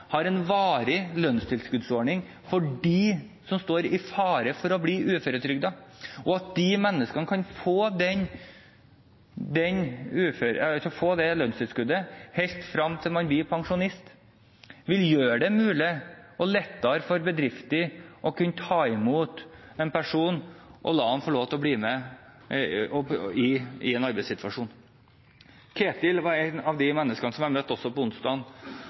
har en varig lønnstilskuddsordning for dem som står i fare for å bli uføretrygdet, og at de menneskene kan få det lønnstilskuddet helt frem til de blir pensjonister, vil gjøre det mulig og lettere for bedrifter å kunne ta imot en person og la ham få lov til å bli med i en arbeidssituasjon. Ketil var en av dem som jeg også møtte på onsdag. Han er